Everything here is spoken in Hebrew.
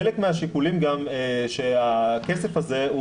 חלק מהשיקולים שהכסף הזה,